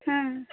ಹಾಂ